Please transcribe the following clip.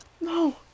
No